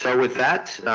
so with that,